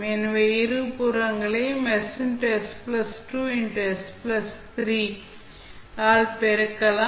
எனவே இருபுறங்களையும் ss 2s 3 ஆல் பெருக்கலாம்